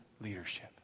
leadership